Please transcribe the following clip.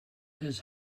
his